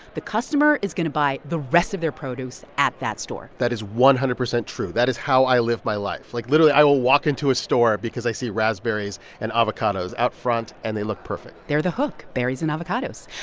the customer is going to buy the rest of their produce at that store that is one hundred percent true. that is how i live my life. like, literally, i will walk into a store because i see raspberries and avocados out front. and they look perfect they're the hook berries and avocados.